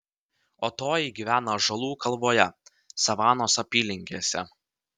o toji gyvena ąžuolų kalvoje savanos apylinkėse